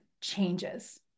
changes